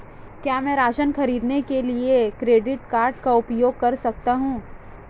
क्या मैं राशन खरीदने के लिए क्रेडिट कार्ड का उपयोग कर सकता हूँ?